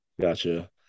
gotcha